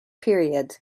period